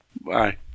Bye